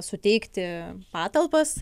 suteikti patalpas